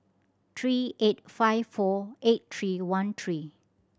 three eight five four eight three one three